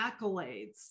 accolades